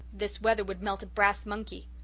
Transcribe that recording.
this weather would melt a brass monkey.